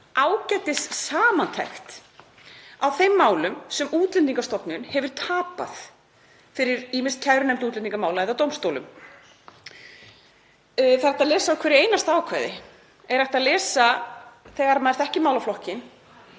ágætissamantekt á þeim málum sem Útlendingastofnun hefur tapað, fyrir ýmist kærunefnd útlendingamála eða dómstólum. Það er hægt að lesa á hverju einasta ákvæði. Þegar maður þekkir málaflokkinn